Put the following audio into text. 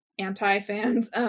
anti-fans